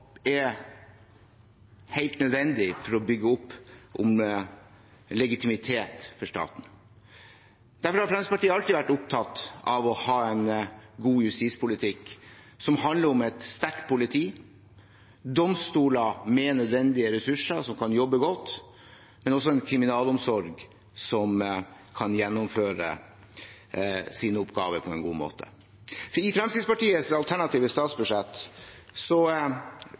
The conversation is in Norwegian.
er helt nødvendig for å bygge opp om legitimitet for staten. Derfor har Fremskrittspartiet alltid vært opptatt av å ha god justispolitikk, som handler om et sterkt politi, domstoler med nødvendige ressurser, som kan jobbe godt, og en kriminalomsorg som kan gjennomføre sine oppgaver på en god måte. I Fremskrittspartiets alternative statsbudsjett